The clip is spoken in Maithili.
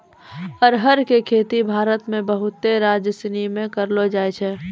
अरहर के खेती भारत मे बहुते राज्यसनी मे करलो जाय छै